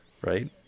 right